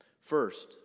First